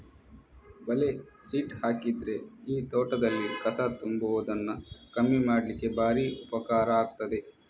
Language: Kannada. ಬಲೆ ಶೀಟ್ ಹಾಕಿದ್ರೆ ಈ ತೋಟದಲ್ಲಿ ಕಸ ತುಂಬುವುದನ್ನ ಕಮ್ಮಿ ಮಾಡ್ಲಿಕ್ಕೆ ಭಾರಿ ಉಪಕಾರ ಆಗ್ತದೆ